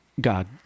God